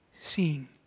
seeing